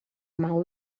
mal